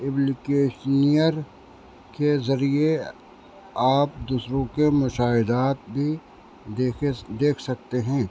application کے ذریعے آپ دوسروں کے مشاہدات بھی دیکھے دیکھ سکتے ہیں